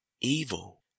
evil